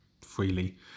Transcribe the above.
freely